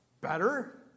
better